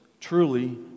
Truly